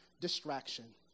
distraction